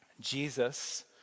Jesus